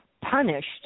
punished